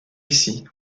ici